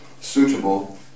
suitable